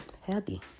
Healthy